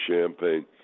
champagne